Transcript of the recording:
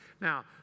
Now